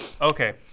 Okay